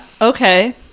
okay